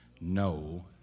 no